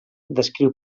descriu